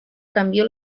cambio